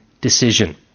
decision